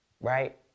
right